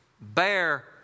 bear